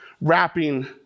Wrapping